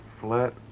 flat